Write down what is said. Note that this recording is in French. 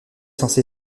censé